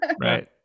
Right